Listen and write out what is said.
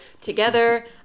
together